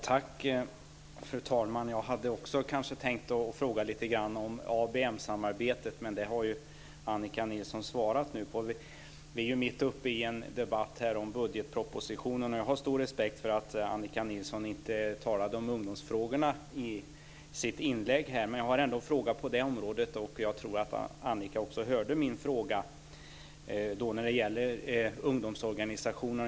Fru talman! Jag hade också tänkt fråga lite grann om ABM-samarbetet, men det har ju Annika Nilsson nu tagit upp. Vi är mitt uppe i en debatt om budgetpropositionen. Jag har stor respekt för att Annika Nilsson inte talade om ungdomsfrågorna i sitt inlägg, men jag har ändå en fråga på det området. Jag tror att Annika också hörde min fråga. Den gäller ungdomsorganisationer.